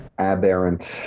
Aberrant